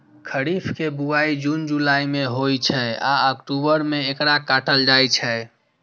खरीफ के बुआई जुन जुलाई मे होइ छै आ अक्टूबर मे एकरा काटल जाइ छै